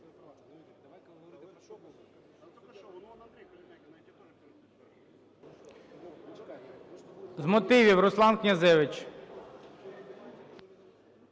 З мотивів – Руслан Князевич.